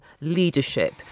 leadership